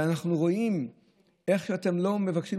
ואנחנו רואים איך שאתם לא מבקשים,